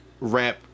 rap